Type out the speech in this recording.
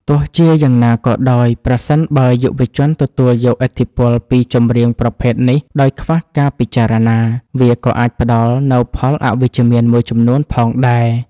ទោះជាយ៉ាងណាក៏ដោយ ប្រសិនបើយុវជនទទួលយកឥទ្ធិពលពីចម្រៀងប្រភេទនេះដោយខ្វះការពិចារណា វាក៏អាចផ្ដល់នូវផលអវិជ្ជមានមួយចំនួនផងដែរ។